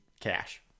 cash